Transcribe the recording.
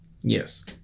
Yes